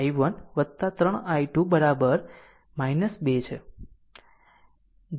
અને આ r mesh 2 માટે છે જે r 4 i1 3 i2 બરાબર 2 છે